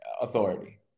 authority